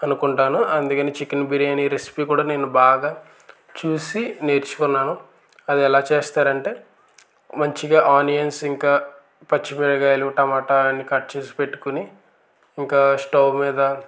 అనుకుంటాను అందుకని chicken biryani recipe కూడా నేను బాగా చూసి నేర్చుకున్నాను అది ఎలా చేస్తారంటే మంచిగా ఆనియన్స్ ఇంకా పచ్చిమిరపకాయలు టమాటా అని కట్ చేసి పెట్టుకుని ఇంకా స్టవ్ మీద